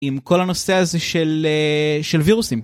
עם כל הנושא הזה של אה... של וירוסים.